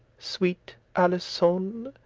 sweet alisoun?